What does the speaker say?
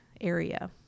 area